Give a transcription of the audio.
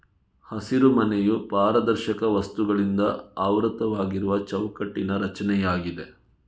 ಹಸಿರುಮನೆಯು ಪಾರದರ್ಶಕ ವಸ್ತುಗಳಿಂದ ಆವೃತವಾಗಿರುವ ಚೌಕಟ್ಟಿನ ರಚನೆಯಾಗಿದೆ